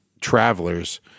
travelers